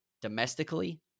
domestically